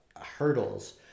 hurdles